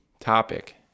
topic